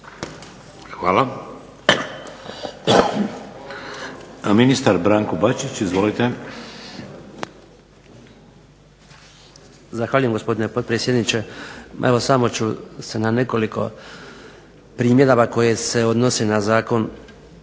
Hvala. Ministar Branko Bačić. Izvolite. **Bačić, Branko (HDZ)** Zahvaljujem gospodine potpredsjedniče. Evo samo ću se na nekoliko primjedaba koje se odnose na zakon